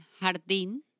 jardín